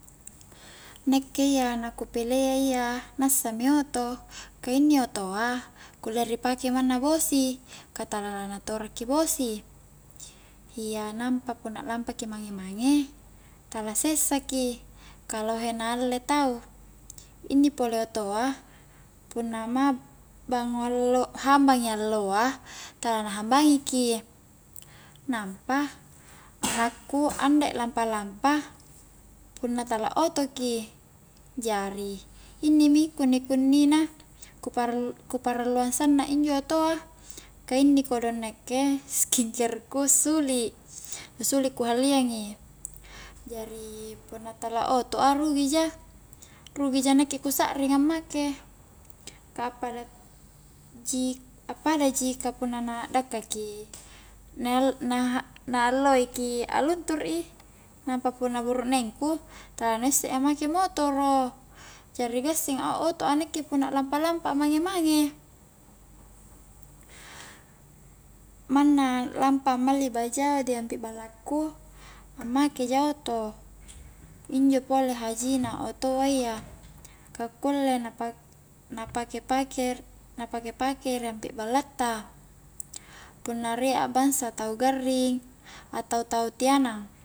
Nakke iya na kupilea iya nassami oto, ka inni otoa kulle ri pake manna bosi, ka tala na na tora ki bosi iya nampa punna lampa ki mange-mange tala sessa ki, ka lohe na alle tau inni pole otoa punna hambangi alloa, tala na hambangi ki nampa anakku andai lampa-lampa punna tala oto ki, jari inni mi kunni-kunni na, ku parallu-ku paralluang sanna injo otoa ka inni kodong nakke skincer ku suli, nu suli ku halliang i jari punna tala oto a rugi ja rugi ja nakke ku sakring ammake ka appada, appadaji ka punna na dakka ki na-na alloi ki a luntur i, nampa punna burukneng ku tala na issei make motoro, jari gassing a oto a akke punna lamapa-lampa a mange-mange, manna lampa malli bajao di ampi balla ku ammake ja oto injo pole haji na otoa iya ka kulle na pa-na pake-pake, na pake-pake ri ampi balla ta punna riek bangsa tau garring, atau tau tianang